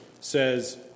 says